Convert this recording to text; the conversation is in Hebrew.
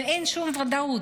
ואין שום ודאות.